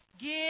Give